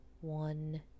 one